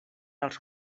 als